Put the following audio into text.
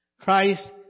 Christ